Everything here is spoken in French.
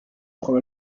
prends